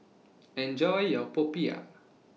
Enjoy your Popiah